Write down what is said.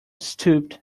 stooped